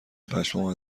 پشمام